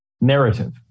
narrative